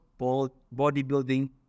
bodybuilding